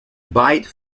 byte